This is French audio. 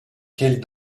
quels